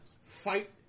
fight